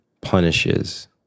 punishes